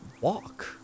walk